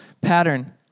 pattern